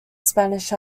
spanish